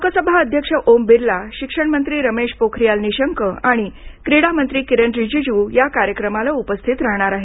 लोकसभा अध्यक्ष ओम बिरला शिक्षण मंत्री रमेश पोखरियाल निशंक आणि क्रीडा मंत्री किरेन रिजिजू या कार्यक्रमाला उपस्थित राहणार आहेत